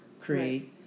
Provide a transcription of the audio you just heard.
create